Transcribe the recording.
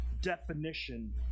definition